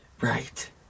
Right